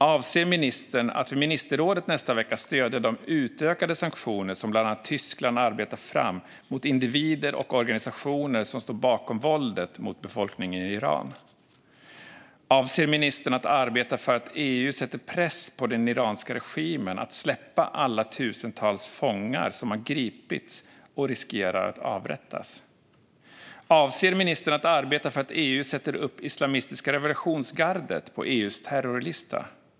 Avser ministern att vid ministerrådet nästa vecka stödja de utökade sanktioner som bland annat Tyskland har arbetat fram mot individer och organisationer som står bakom våldet mot befolkningen i Iran? Avser ministern att arbeta för att EU sätter press på den iranska regimen att släppa alla tusentals fångar som har gripits och riskerar att avrättas? Avser ministern att arbeta för att EU sätter upp det islamistiska revolutionsgardet på EU:s terrorlista?